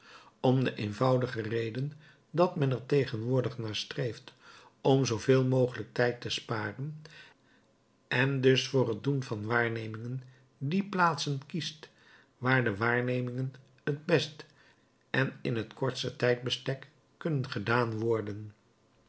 om de eenvoudige reden dat men er tegenwoordig naar streeft om zooveel mogelijk tijd te sparen en dus voor het doen van waarnemingen die plaatsen kiest waar de waarnemingen het best en in het kortste tijdsbestek kunnen gedaan worden